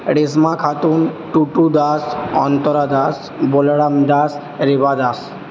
Reshma Khatun Tutu Das Antara Das Balaram Das Reba Das